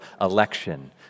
election